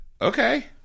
Okay